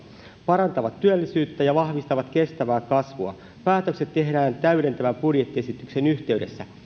parantavat työllisyyttä ja vahvistavat kestävää kasvua päätökset tehdään täydentävän budjettiesityksen yhteydessä